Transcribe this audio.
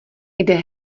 kde